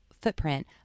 footprint